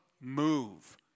move